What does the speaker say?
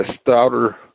stouter